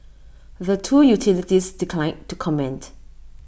the two utilities declined to comment